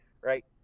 right